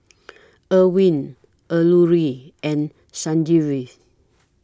Arvind Alluri and Sanjeev